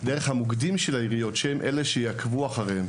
דרך מוקדי העיריות - שהם יהיו אלה שיעקבו אחריהם,